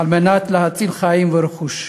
על מנת להציל חיים ורכוש.